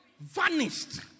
Vanished